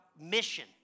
Mission